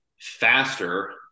faster